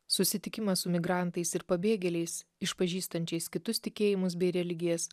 susitikimas su migrantais ir pabėgėliais išpažįstančiais kitus tikėjimus bei religijas